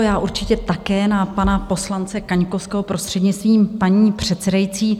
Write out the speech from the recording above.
Já určitě také na pana poslance Kaňkovského, prostřednictvím paní předsedající.